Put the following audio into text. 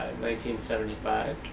1975